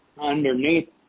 underneath